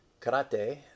Karate